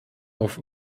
auf